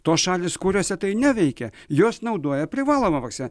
tos šalys kuriose tai neveikia juos naudoja privaloma vakcina